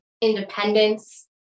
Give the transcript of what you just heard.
independence